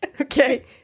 Okay